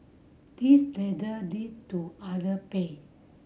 this ladder lead to other pay